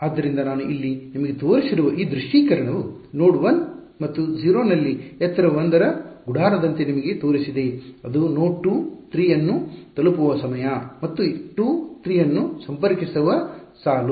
ಆದ್ದರಿಂದ ನಾನು ಇಲ್ಲಿ ನಿಮಗೆ ತೋರಿಸಿರುವ ಈ ದೃಶ್ಯೀಕರಣವು ನೋಡ್ 1 ಮತ್ತು 0 ನಲ್ಲಿ ಎತ್ತರ 1 ರ ಗುಡಾರದಂತೆ ನಿಮಗೆ ತೋರಿಸಿದೆ ಅದು ನೋಡ್ 2 3 ಅನ್ನು ತಲುಪುವ ಸಮಯ ಮತ್ತು 2 3 ಅನ್ನು ಸಂಪರ್ಕಿಸುವ ಸಾಲು